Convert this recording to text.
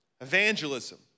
evangelism